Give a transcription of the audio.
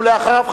ואחריו,